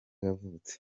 yavutse